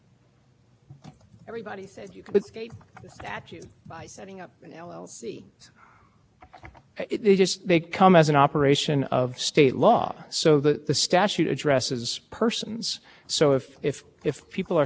chooses to focus on one danger quid pro quo rather than every conceivable instance doesn't render its rationale a challenge to the credulous so if the fact that there is some means fo